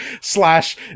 slash